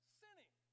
sinning